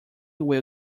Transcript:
will